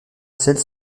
celle